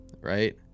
right